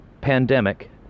pandemic